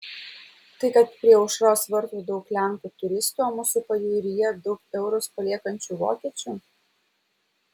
tai kad prie aušros vartų daug lenkų turistų o mūsų pajūryje daug eurus paliekančių vokiečių